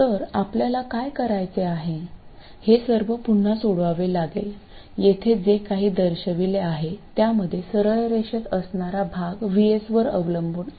तर आपल्याला काय करायचे आहे हे सर्व पुन्हा सोडवावे लागेल येथे जे काही दर्शविले आहे त्यामध्ये सरळ रेषेत असणारा भाग VS वर अवलंबून आहे